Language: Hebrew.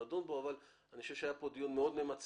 אנחנו נדון בו אבל אני חושב שהיה כאן דיון מאוד ממצה